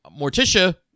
Morticia